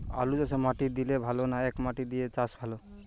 আলুচাষে মাটি দিলে ভালো না একমাটি দিয়ে চাষ ভালো?